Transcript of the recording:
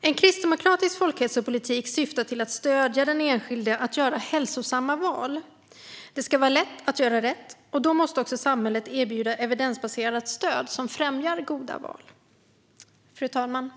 En kristdemokratisk folkhälsopolitik syftar till att stödja den enskilde att göra hälsosamma val. Det ska vara lätt att göra rätt, och då måste också samhället erbjuda evidensbaserat stöd som främjar goda val. Fru talman!